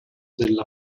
della